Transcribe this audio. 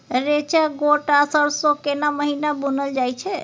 रेचा, गोट आ सरसो केना महिना बुनल जाय छै?